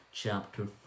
chapter